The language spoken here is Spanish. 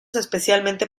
especialmente